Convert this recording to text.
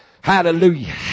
Hallelujah